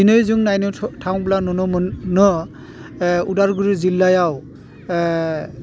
दिनै जों नायनो थाहोब्ला नुनो मोनो एह अदालगुरि जिल्लायाव एह